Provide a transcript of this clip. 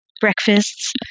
breakfasts